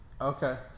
Okay